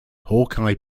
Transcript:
hawkeye